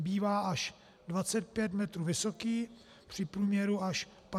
Bývá až 25 metrů vysoký při průměru až 56 cm.